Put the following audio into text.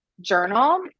Journal